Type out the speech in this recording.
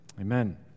amen